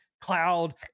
cloud